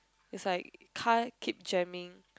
is like car keep jamming